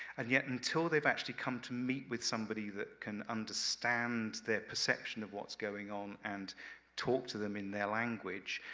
and yet until they've actually come to meet with somebody that can understand their perception of what's going on and talk to them in their language,